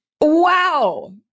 wow